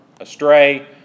astray